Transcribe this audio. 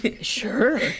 Sure